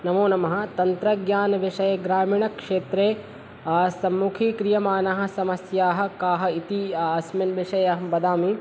नमो नमः तन्त्रज्ञानविषये ग्रामीणक्षेत्रे सम्मुखीक्रियमाणाः समस्याः काः इति अस्मिन् विषये अहं वदामि